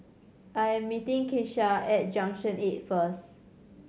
I'm meeting Kesha at Junction Eight first